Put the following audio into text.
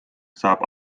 saab